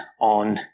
on